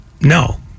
No